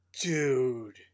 Dude